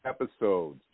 episodes